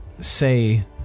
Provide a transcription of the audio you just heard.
say